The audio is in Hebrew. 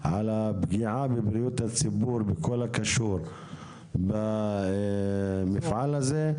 על הפגיעה בבריאות הציבור בכל הקשור במפעל הזה.